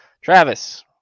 Travis